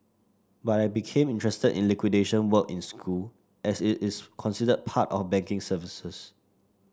but I became interested in liquidation work in school as it is considered part of banking services